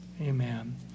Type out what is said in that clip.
amen